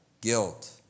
guilt